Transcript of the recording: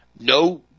no